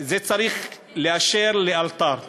את זה צריך לאשר לאלתר.